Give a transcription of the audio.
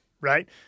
right